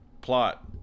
plot